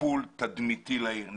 טיפול תדמיתי לעיר,